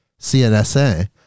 CNSA